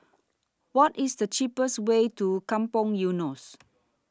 What IS The cheapest Way to Kampong Eunos